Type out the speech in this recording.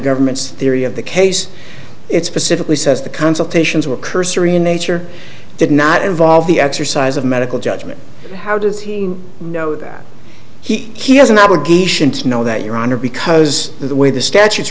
government's theory of the case it's specifically says the consultations were cursory in nature did not involve the exercise of medical judgment how does he know that he he has an obligation to know that your honor because the way the statu